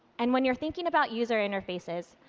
and when you're thinking about user interfaces,